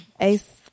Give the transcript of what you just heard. Ace